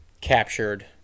captured